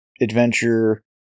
adventure